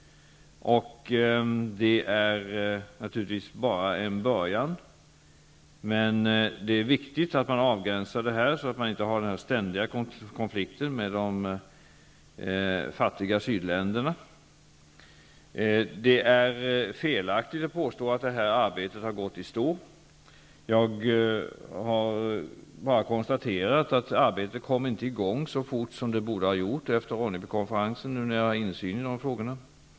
Det är naturligtvis bara en början. Men det är viktigt att man avgränsar detta så att man inte har en ständig konflikt med de fattiga sydländerna. Det är felaktigt att påstå att det här arbetet har gått i stå. Jag har bara konstaterat att arbetet inte kom i gång så fort som det borde har gjort efter Ronnebykonferensen -- nu när jag har insyn i dessa frågor.